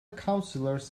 councillors